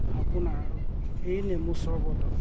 আপোনাৰ এই নেমু চৰবতত